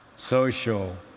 social,